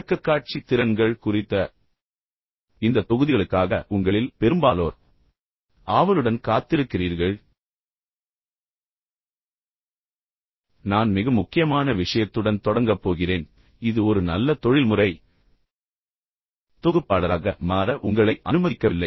விளக்கக்காட்சி திறன்கள் குறித்த இந்த தொகுதிகளுக்காக உங்களில் பெரும்பாலோர் ஆவலுடன் காத்திருக்கிறீர்கள் நான் மிக முக்கியமான விஷயத்துடன் தொடங்கப் போகிறேன் இது ஒரு நல்ல தொழில்முறை தொகுப்பாளராக மாற உங்களை அனுமதிக்கவில்லை